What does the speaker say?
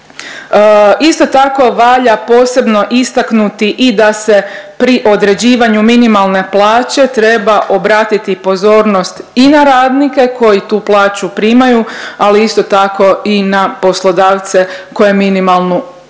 Isto tako, valja posebno istaknuti da se pri određivanju minimalne plaće treba obratiti pozornost i na radnike koji tu plaću primaju, ali isto tako i na poslodavce koji minimalnu plaću